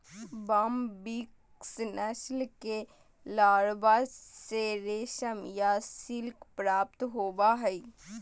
Bombyx नस्ल के larva से रेशम या सिल्क प्राप्त होबा हइ